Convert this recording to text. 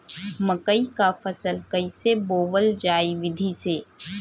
मकई क फसल कईसे बोवल जाई विधि से?